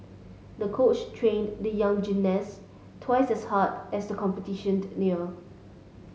the coach trained the young gymnast twice as hard as the competition neared